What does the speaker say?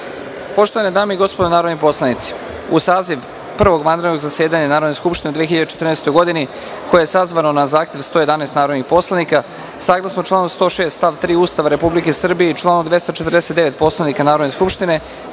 pitanja. Poštovane dame i gospodo narodni poslanici, u saziv Prvog vanrednog zasedanja Narodne skupštine u 2014. godini, koje je sazvano na zahtev 111 narodnih poslanika, saglasno članu 106. stav 3. Ustava Republike Srbije i članu 249. Poslovnika Narodne skupštine,